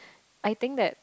I think that